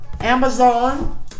amazon